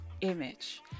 image